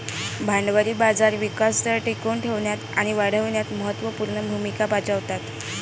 भांडवली बाजार विकास दर टिकवून ठेवण्यात आणि वाढविण्यात महत्त्व पूर्ण भूमिका बजावतात